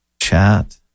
chat